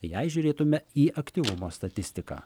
jei žiūrėtume į aktyvumo statistiką